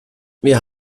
wir